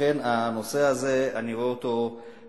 לכן הנושא הזה, אני רואה אותו כמכלול